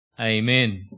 Amen